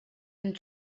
and